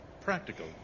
practical